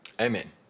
Amen